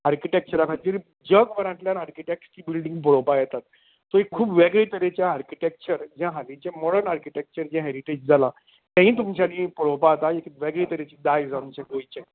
आर्किटेक्चरां खातीर जग भरांतल्या आर्किटेक्ट ती बिल्डींग पळोवपाक येतात सो खूब वेगळें तरेचें आर्किटेक्चर जें हालीचें मॉर्डन आर्किटेक्चर जे हॅरिटेज जालां तेंवूय तुमच्यांनी पळोवपाक जाता एक वेगळें तरेचें दायज आमचें गोंयचें